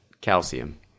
calcium